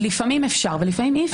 לפעמים אפשר, ולפעמים אי אפשר.